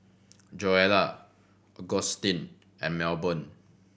Joella Augustin and Melbourne